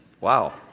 wow